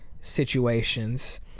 situations